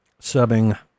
subbing